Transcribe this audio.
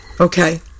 okay